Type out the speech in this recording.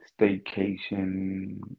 staycation